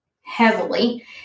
heavily